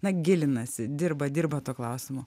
na gilinasi dirba dirba tuo klausimu